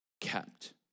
kept